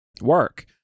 Work